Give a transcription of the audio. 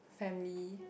family